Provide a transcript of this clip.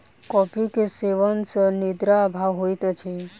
coffee के सेवन सॅ निद्रा अभाव होइत अछि